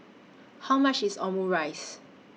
How much IS Omurice